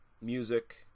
music